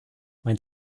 mein